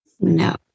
No